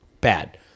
bad